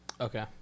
okay